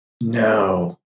No